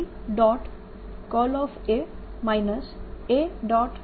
A